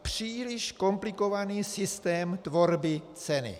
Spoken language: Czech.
Příliš komplikovaný systém tvorby ceny.